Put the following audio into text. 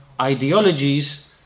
ideologies